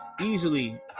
Easily